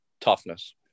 Toughness